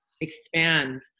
expand